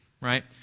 right